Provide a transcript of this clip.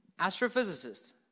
Astrophysicist